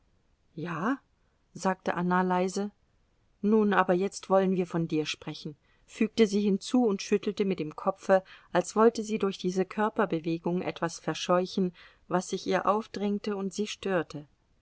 ja sagte anna leise nun aber jetzt wollen wir von dir sprechen fügte sie hinzu und schüttelte mit dem kopfe als wollte sie durch diese körperbewegung etwas verscheuchen was sich ihr aufdrängte und sie störte